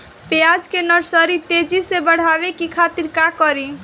प्याज के नर्सरी तेजी से बढ़ावे के खातिर का करी?